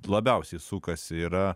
labiausiai sukasi yra